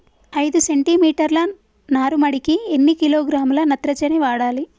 ఐదు సెంటి మీటర్ల నారుమడికి ఎన్ని కిలోగ్రాముల నత్రజని వాడాలి?